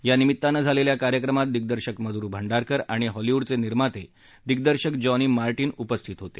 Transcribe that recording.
यानिमीत्तानं झालेल्या कार्यक्रमात दिग्दर्शक मध्र भांडारकर आणि हॉलिवूडचे निर्माते दिग्दर्शक जॉनी मार्टिन उपस्थित होते